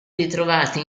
ritrovati